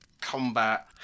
combat